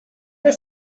they